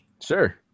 Sure